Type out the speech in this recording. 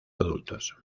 adultos